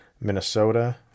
Minnesota